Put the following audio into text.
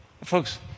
Folks